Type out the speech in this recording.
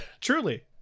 truly